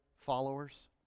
followers